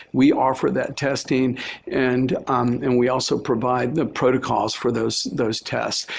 we offer that testing and and we also provide the protocols for those those tests.